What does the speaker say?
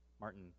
Martin